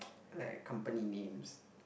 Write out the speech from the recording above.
like company names